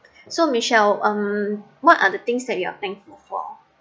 so michelle um what are the things that you're thankful for